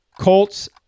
Colts